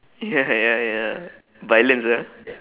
ya ya ya violence ah